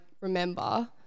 remember